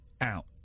out